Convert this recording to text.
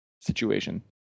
situation